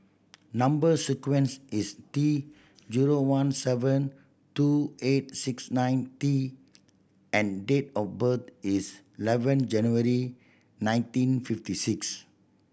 number sequence is T zero one seven two eight six nine T and date of birth is eleven January nineteen fifty six